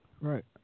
Right